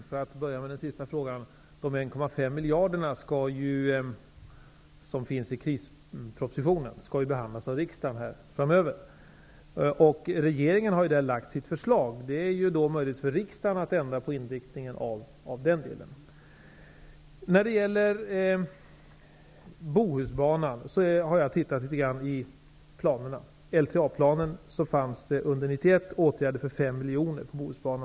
Herr talman! Jag börjar med den sista frågan. Frågan om de 1,5 miljarderna i krispropositionen skall ju behandlas av riksdagen framöver. Regeringen har lagt fram sitt förslag. Det är således möjligt för riksdagen att ändra på inriktningen i den delen. När det gäller Bohusbanan vill jag säga att jag har tittat litet grand i planerna. I LTA-planen fanns det under 1991 åtgärder till en kostnad av 5 miljoner beträffande Bohusbanan.